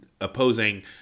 opposing